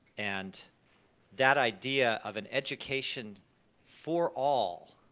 and that idea of an education for all,